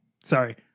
Sorry